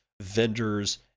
vendors